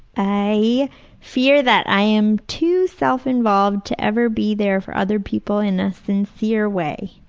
i fear that i am too self-involved to ever be there for other people in a sincere way.